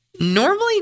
normally